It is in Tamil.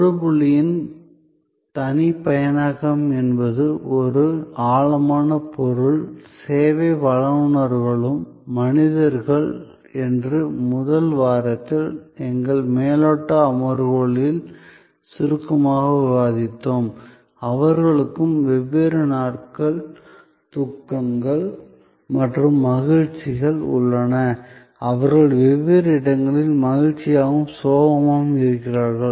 தொடு புள்ளியின் தனிப்பயனாக்கம் என்பது ஒரு ஆழமான பொருள் சேவை வழங்குநர்களும் மனிதர்கள் என்று முதல் வாரத்தில் எங்கள் மேலோட்ட அமர்வுகளில் சுருக்கமாக விவாதித்தோம் அவர்களுக்கும் வெவ்வேறு நாட்கள் துக்கங்கள் மற்றும் மகிழ்ச்சிகள் உள்ளன அவர்கள் வெவ்வேறு இடங்களில் மகிழ்ச்சியாகவும் சோகமாகவும் இருக்கிறார்கள்